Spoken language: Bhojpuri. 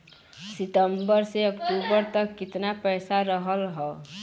सितंबर से अक्टूबर तक कितना पैसा रहल ह?